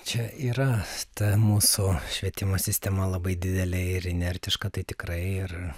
čia yra ta mūsų švietimo sistema labai didelė ir inertiška tai tikrai ir